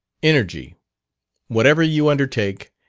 energy whatever you undertake,